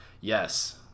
Yes